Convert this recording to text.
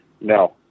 No